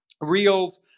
Reels